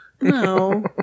No